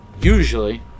Usually